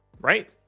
Right